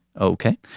Okay